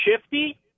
shifty